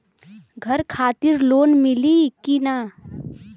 घर खातिर लोन मिली कि ना?